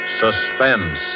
Suspense